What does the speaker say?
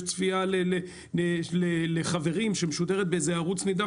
יש צפייה לסדרה "חברים" שמשודרת באיזה ערוץ נידח,